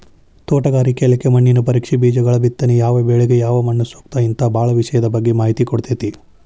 ತೋಟಗಾರಿಕೆ ಇಲಾಖೆ ಮಣ್ಣಿನ ಪರೇಕ್ಷೆ, ಬೇಜಗಳಬಿತ್ತನೆ ಯಾವಬೆಳಿಗ ಯಾವಮಣ್ಣುಸೂಕ್ತ ಹಿಂತಾ ಬಾಳ ವಿಷಯದ ಬಗ್ಗೆ ಮಾಹಿತಿ ಕೊಡ್ತೇತಿ